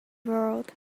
world